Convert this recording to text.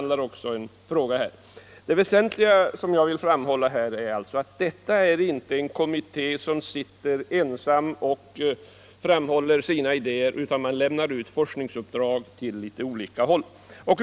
Det väsentliga är att detta inte är en kommitté som ensam arbetar med dessa problem, utan man lämnar ut forskningsuppdrag åt olika håll.